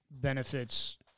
benefits